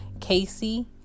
Casey